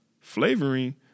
flavoring